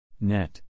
Net